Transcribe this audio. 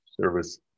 Service